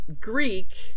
Greek